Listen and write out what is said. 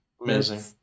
Amazing